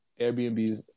Airbnbs